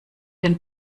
den